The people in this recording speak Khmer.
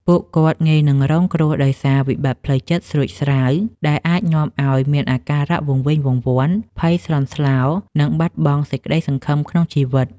ពួកគាត់ងាយនឹងរងគ្រោះដោយសារ វិបត្តិផ្លូវចិត្តស្រួចស្រាវ ដែលអាចនាំឱ្យមានអាការៈវង្វេងវង្វាន់ ភ័យស្លន់ស្លោ និងបាត់បង់សេចក្តីសង្ឃឹមក្នុងជីវិត។